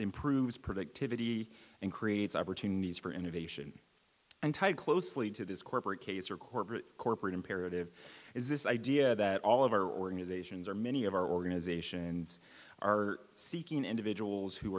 improves productivity and creates opportunities for innovation and tied closely to this corporate case for corporate corporate imperative is this idea that all of our organizations or many of our organizations are seeking individuals who